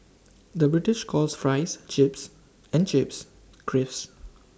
the British calls Fries Chips and Chips Crisps